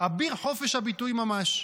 אביר חופש הביטוי ממש,